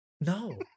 No